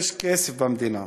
יש כסף במדינה,